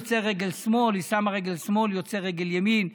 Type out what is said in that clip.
יוצא רגל שמאל, היא שמה רגל שמאל, יוצא רגל ימין.